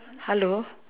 hello